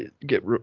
get